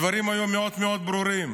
הדברים היו מאוד מאוד ברורים.